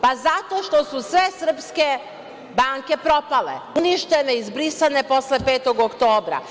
Pa zato što su sve srpske banke propale, uništene i zbrisane posle 5. oktobra.